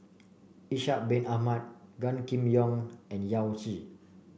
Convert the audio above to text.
Ishak Bin Ahmad Gan Kim Yong and Yao Zi